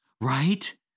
right